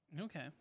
Okay